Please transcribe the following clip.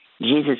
Jesus